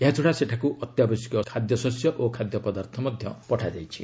ଏହାଛଡ଼ା ସେଠାକୁ ଅତ୍ୟାବଶ୍ୟକୀ ଖାଦ୍ୟଶସ୍ୟ ଓ ଖାଦ୍ୟପଦାର୍ଥ ମଧ୍ୟ ପଠାଯାଇଛି